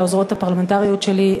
לעוזרות הפרלמנטריות שלי,